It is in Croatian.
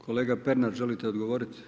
Kolega Pernar, želite odgovoriti?